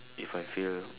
if I feel